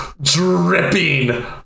dripping